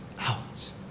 out